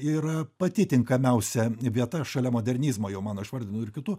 yra pati tinkamiausia vieta šalia modernizmo jau mano išvardinau ir kitų